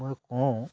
মই কওঁ